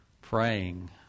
Praying